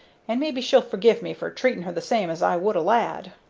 and maybe she'll forgive me for treating her the same as i would a lad.